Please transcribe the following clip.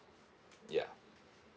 ya